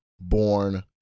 born